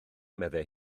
meddai